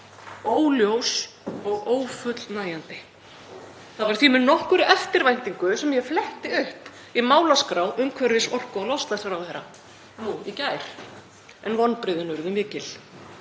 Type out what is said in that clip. Óljós og ófullnægjandi. Það var því með nokkurri eftirvæntingu sem ég fletti upp í málaskrá umhverfis-, orku- og loftslagsráðherra nú í gær, en vonbrigðin urðu mikil.